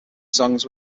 songs